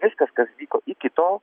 viskas kas vyko iki tol